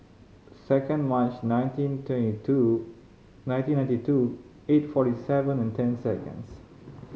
second March nineteen twenty two nineteen ninety two eight forty seven and ten seconds